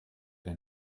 der